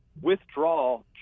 withdraw